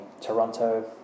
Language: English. Toronto